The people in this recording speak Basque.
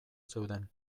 zeuden